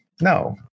No